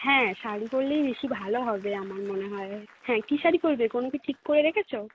হ্যাঁ শাড়ি পরলেই বেশি ভালো হবে আমার মনে হয় হ্যাঁ কী শাড়ি পরবে কোনো কি ঠিক করে রেখেছ